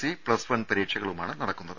C plus one പരീക്ഷകളുമാണ് നടക്കുന്നത്